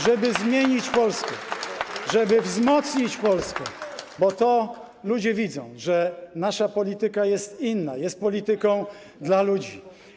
Żeby zmienić Polskę, żeby wzmocnić Polskę, bo to ludzie widzą, że nasza polityka jest inna, jest polityką dla ludzi.